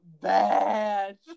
bad